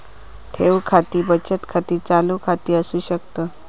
ठेव खाती बचत खाती, चालू खाती असू शकतत